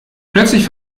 plötzlich